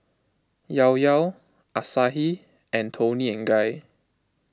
Ilao Ilao Asahi and Toni and Guy